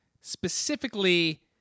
Specifically